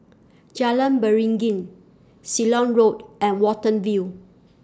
Jalan Beringin Ceylon Road and Watten View